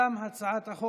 גם ההצעה הזו